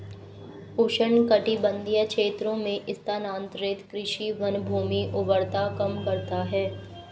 उष्णकटिबंधीय क्षेत्रों में स्थानांतरित कृषि वनभूमि उर्वरता कम करता है